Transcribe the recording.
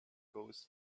goes